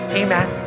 amen